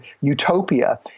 utopia